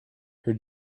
her